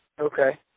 Okay